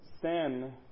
Sin